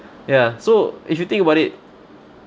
ya so if you think about it